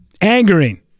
Angering